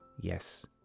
yes